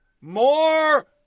more